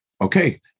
okay